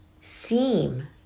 seem